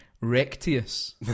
Rectius